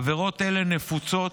עבירות אלו נפוצות,